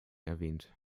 erwähnt